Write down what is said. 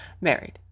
married